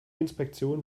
inspektion